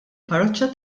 parroċċa